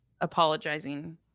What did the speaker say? apologizing